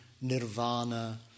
nirvana